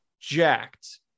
jacked